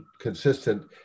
consistent